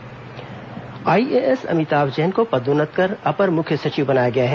Amitabh Jain ACS IAS Amitabh Jain को पदोन्नत कर अपर मुख्य सचिव बनाया गया है